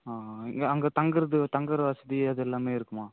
ஆ ஆ இங்கே அங்கே தங்கறதுக்கு தங்கற வசதி அது எல்லாமே இருக்குமா